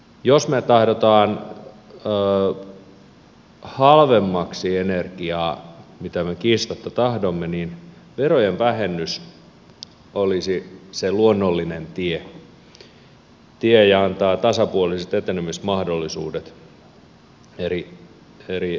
jos me tahdomme halvemmaksi energiaa mitä me kiistatta tahdomme niin verojen vähennys olisi se luonnollinen tie antaa tasapuoliset etenemismahdollisuudet eri energiamuodoille